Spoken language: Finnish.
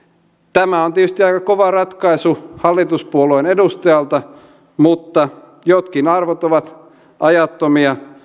tämä on tietysti aika kova ratkaisu hallituspuolueen edustajalta mutta jotkin arvot ovat ajattomia